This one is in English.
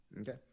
Okay